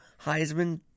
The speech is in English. Heisman